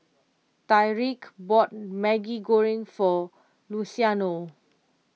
Tyreek bought Maggi Goreng for Luciano